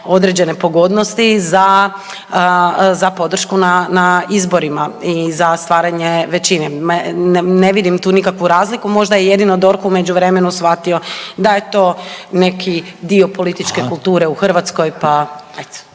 određene pogodnosti za, za podršku na, na izborima i za stvaranje većine. Ne vidim tu nikakvu razliku možda je jedino DORH u međuvremenu shvatio da je to neki dio političke…/Upadica: Hvala/…